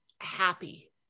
happy